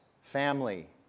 family